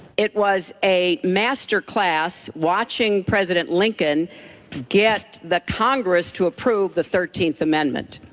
it was a master class watching president lincoln get the congress to approve the thirteenth amendment.